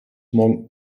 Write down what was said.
morgen